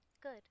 Good